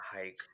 hike